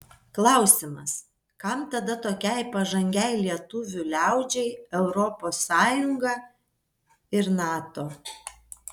klausimas kam tada tokiai pažangiai lietuvių liaudžiai europos sąjunga ir nato